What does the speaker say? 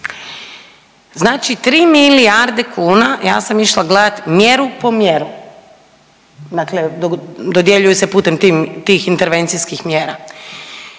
Znači 3 milijarde kuna, ja sam išla gledat mjeru po mjeru, dakle dodjeljuje se putem tim, tih intervencijskih mjera.